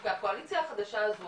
כי הקואליציה החדשה הזו,